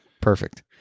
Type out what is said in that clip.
perfect